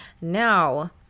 Now